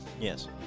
yes